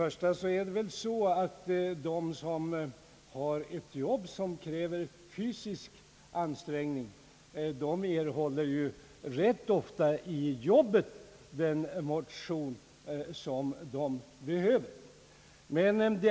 Först och främst är det väl så att de som har jobb som kräver fysisk ansträngning får genom jobbet rätt ofta den motion de behöver.